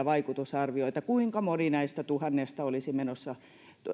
vaikutusarvioita siitä kuinka moni näistä tuhannesta olisi menossa